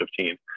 2015